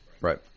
right